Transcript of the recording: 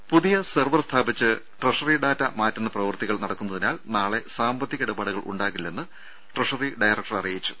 ദേഴ പുതിയ സെർവർ സ്ഥാപിച്ച് ട്രഷറി ഡാറ്റ മാറ്റുന്ന പ്രവൃത്തികൾ നടക്കുന്നതിനാൽ നാളെ സാമ്പത്തിക ഇടപാടുകൾ ഉണ്ടാകില്ലെന്ന് ട്രഷറി ഡയറക്ടർ അറിയിച്ചു